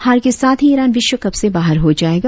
हार के साथ ही ईरान विश्व कप से बाहर हो जाएगा